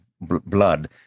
blood